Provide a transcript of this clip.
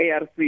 ARC